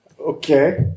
Okay